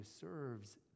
serves